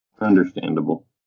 Understandable